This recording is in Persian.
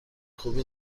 خوبی